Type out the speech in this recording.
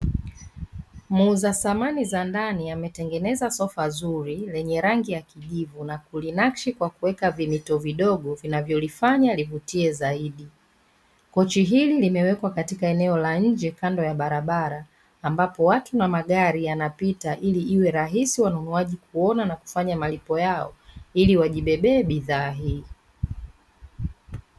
Muuza samani za ndani ametengeneza sofa zuri lenye rangi ya kijivu na kulinakshi kwa kuweka vimito vidogo vinavyolifanya livutie zaidi, kochi hili limewekwa katika eneo la nje kando ya barabara ambapo watu na magari yanapita ili iwe rahisi wanunuaji kuona na kufanya malipo yao ili wajibebe bidhaa hii.